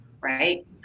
Right